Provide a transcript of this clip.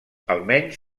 almenys